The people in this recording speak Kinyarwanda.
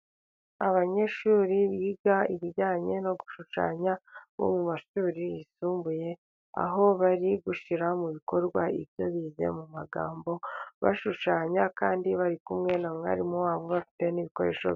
Abanyeshuri biga ibijyanye no gushushanya bo mu mashuri yisumbuye, aho bari gushyira mu bikorwa ibyo biga mu magambo, bashushanya kandi bari kumwe na mwarimu wabo bafite n'ibikoresho.